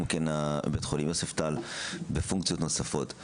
גם בית חולים יוספטל בפונקציות נוספות.